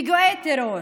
ופיגועי טרור,